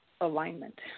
alignment